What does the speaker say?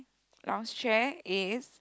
lounge chair is